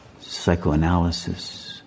psychoanalysis